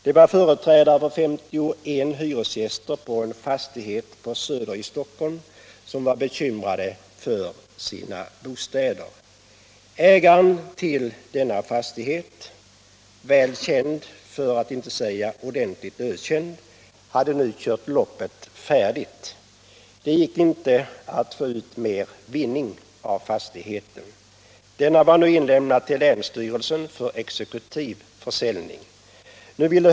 Det var företrädare för 51 hyresgäster i en fastighet på Söder i Stockholm som var bekymrade för sina bostäder. Ägaren till denna fastighet — väl känd, för att inte säga ordentligt ökänd — hade nu kört loppet färdigt. Det gick inte att få ut mer vinning av fastigheten. Denna var nu inlämnad till länsstyrelsen för exekutiv försäljning.